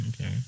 okay